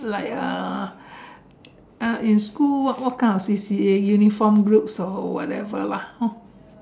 like uh uh in school what what kind of C_C_A uniform groups or whatever lah hor